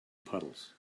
puddles